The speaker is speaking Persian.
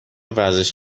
ورزش